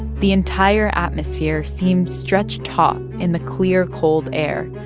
the entire atmosphere seemed stretched taut in the clear, cold air,